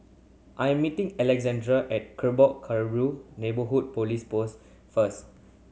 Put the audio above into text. I am meeting Alexandre at Neighbourhood Police Post first